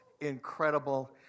incredible